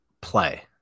play